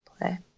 play